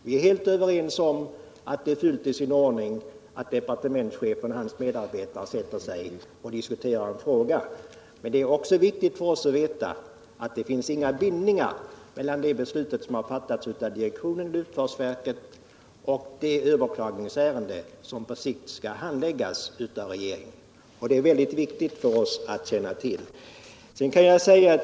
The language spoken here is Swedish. Vi är het överens om att det är fullt i sin ordning att departementschefen och hans medarbetare sätter sig ner och diskuterar en fråga, men det är också viktigt för oss att veta att det inte finns några bindningar mellan det bestut som fattats av direktionen i luftfartsverket och det överklagningsärende som på sikt skall handläggas av regeringen. Det är mycket viktigt för oss att känna till det.